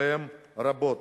והן רבות.